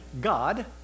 God